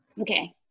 okay